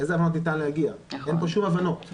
אין פה שום הבנות.